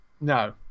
no